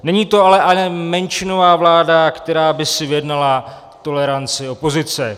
Není to ale menšinová vláda, která by si vyjednala toleranci opozice.